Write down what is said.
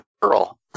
girl